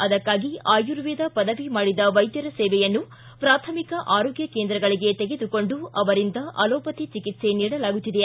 ಅದಕ್ಕಾಗಿ ಆಯುರ್ವೇದ ಪದವಿ ಮಾಡಿದ ವೈದ್ಯರ ಸೇವೆಯನ್ನು ಪ್ರಾಥಮಿಕ ಆರೋಗ್ಯ ಕೇಂದ್ರಗಳಿಗೆ ತೆಗೆದುಕೊಂಡು ಅವರಿಂದ ಆಲೋಪತಿ ಚಿಕಿತ್ಸೆ ನೀಡಲಾಗುತ್ತಿದೆ